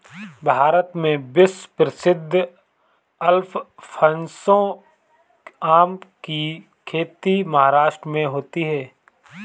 भारत में विश्व प्रसिद्ध अल्फांसो आम की खेती महाराष्ट्र में होती है